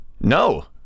No